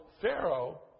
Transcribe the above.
Pharaoh